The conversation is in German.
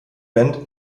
band